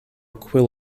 quill